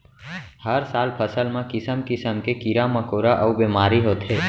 हर साल फसल म किसम किसम के कीरा मकोरा अउ बेमारी होथे